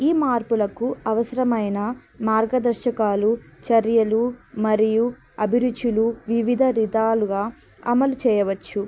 ఈ మార్పులకు అవసరమైన మార్గదర్శకాలు చర్యలు మరియు అభిరుచులు వివిధ విధాలుగా అమలు చేయవచ్చు